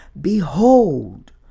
Behold